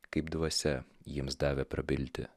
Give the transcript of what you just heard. kaip dvasia jiems davė prabilti